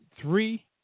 three